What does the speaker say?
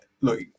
Look